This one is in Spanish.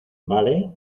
vale